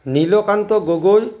Nilkanta Gogoi